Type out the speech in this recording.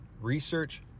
Research